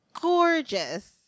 Gorgeous